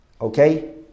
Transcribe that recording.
Okay